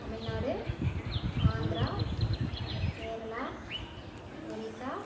Tamil Nadu Andhra Kerala Odisha